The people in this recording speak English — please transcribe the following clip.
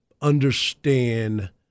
understand